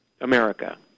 America